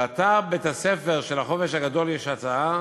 באתר "בתי-הספר של החופש הגדול" יש הצעה